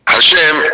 Hashem